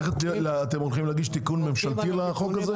אתם הולכים להגיש תיקון ממשלתי לחוק הזה?